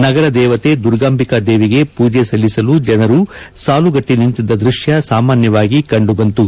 ನಗರ ದೇವತೆ ದುರ್ಗಾಂಬಿಕಾ ದೇವಿಗೆ ಪೂಜೆ ಸಲ್ಲಿಸಲು ಜನರು ಸಾಲುಗಟ್ಟಿ ನಿಂತಿದ್ದ ದೃಶ್ಯ ಸಾಮಾನ್ಯವಾಗಿ ಕಂಡುಬಂತು